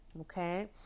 Okay